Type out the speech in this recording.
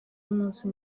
y’umunsi